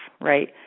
right